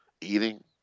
eating